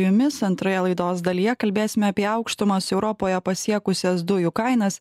jumis antroje laidos dalyje kalbėsime apie aukštumas europoje pasiekusias dujų kainas